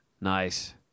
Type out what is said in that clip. Nice